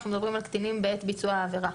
אנו מדברים על קטינים בעת ביצוע העבירה.